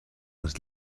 les